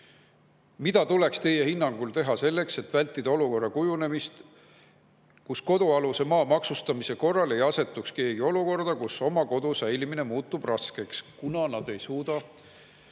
Mida tuleks teie hinnangul teha selleks, et vältida sellise olukorra kujunemist, kus kodualuse maa maksustamise korral ei asetuks keegi olukorda, kus oma kodu säilitamine muutub raskeks, kuna ei suudeta